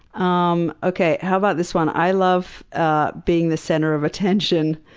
um okay, how about this one. i love ah being the center of attention,